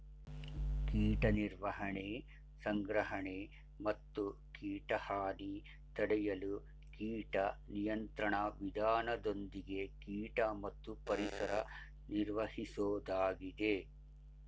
ಕೀಟ ನಿರ್ವಹಣೆ ಸಂಗ್ರಹಣೆ ಮತ್ತು ಕೀಟ ಹಾನಿ ತಡೆಯಲು ಕೀಟ ನಿಯಂತ್ರಣ ವಿಧಾನದೊಂದಿಗೆ ಕೀಟ ಮತ್ತು ಪರಿಸರ ನಿರ್ವಹಿಸೋದಾಗಿದೆ